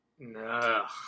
No